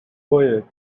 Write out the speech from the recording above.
poet